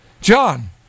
John